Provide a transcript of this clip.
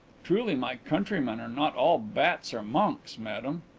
truly my countrymen are not all bats or monks, madame.